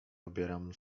obieram